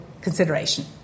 consideration